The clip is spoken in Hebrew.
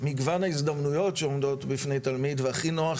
מגוון ההזדמנויות שעומדות בפני תלמיד והכי נוח